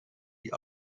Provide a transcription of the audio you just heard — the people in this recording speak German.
die